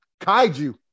kaiju